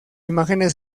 imágenes